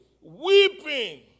weeping